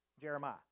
Jeremiah